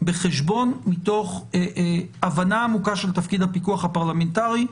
בחשבון מתוך הבנה עמוקה של תפקיד הפיקוח הפרלמנטרי.